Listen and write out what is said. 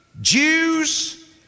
Jews